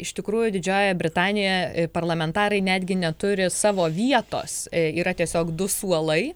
iš tikrųjų didžiojoje britanijoje parlamentarai netgi neturi savo vietos yra tiesiog du suolai